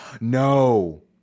no